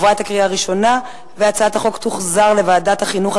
לוועדת החינוך,